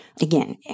Again